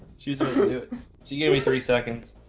she she gave me three seconds.